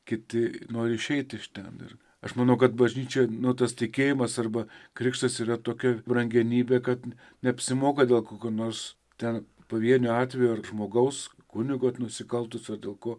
kiti nori išeiti iš ten ir aš manau kad bažnyčia nu tas tikėjimas arba krikštas yra tokia brangenybė kad neapsimoka dėl kokių nors ten pavienių atvejų ar žmogaus kunigo nusikaltusio dėl ko